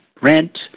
rent